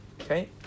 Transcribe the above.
Okay